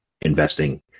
investing